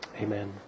Amen